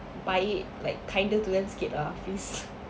baik like kinder to them sikit lah please